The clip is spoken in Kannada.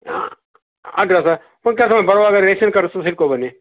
ಹಾಂ ಹಾಗಾದ್ರೆ ಒಂದು ಕೆಲಸ ಮಾಡಿ ಬರುವಾಗ ರೇಷನ್ ಕಾರ್ಡು ಸಹ ಹಿಡ್ಕೊಂಡು ಬನ್ನಿ